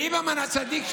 ליברמן הצדיק,